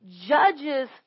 judges